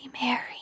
Mary